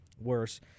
worse